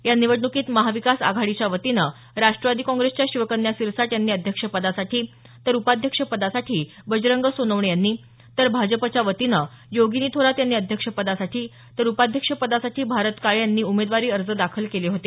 या निवडणुकीत महाविकास आघाडीच्यावतीनं राष्ट्रवादी कॉंग्रेसच्या शिवकन्या सिरसाट यांनी अध्यक्षपदासाठी तर उपाध्यक्षपदासाठी बजरंग सोनवणे यांनी तर भाजपच्या वतीने योगिनी थोरात यांनी अध्यक्षपदासाठी तर उपाध्यक्ष पदासाठी भारत काळे यांनी उमेदवारी अर्ज दाखल केले होते